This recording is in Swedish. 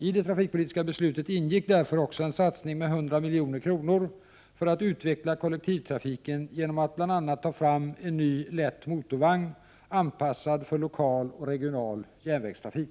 I det trafikpolitiska beslutet ingick därför också en satsning med 100 milj.kr. för att utveckla kollektivtrafiken genom att bl.a. ta fram en ny lätt motorvagn, anpassad för lokal och regional järnvägstrafik.